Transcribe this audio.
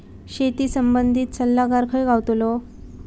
शेती संबंधित सल्लागार खय गावतलो?